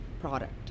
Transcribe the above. product